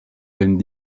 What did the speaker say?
vingt